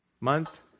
month